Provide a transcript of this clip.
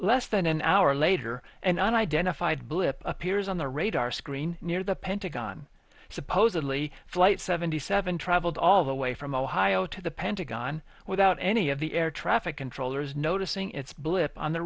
less than an hour later and identified blip appears on the radar screen near the pentagon supposedly flight seventy seven traveled all the way from ohio to the pentagon without any of the air traffic controllers noticing its blip on the